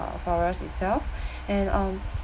err forest itself and um